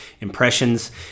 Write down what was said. impressions